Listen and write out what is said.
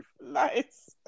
Nice